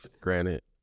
granite